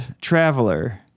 traveler